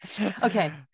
Okay